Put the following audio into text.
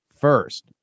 first